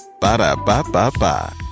Ba-da-ba-ba-ba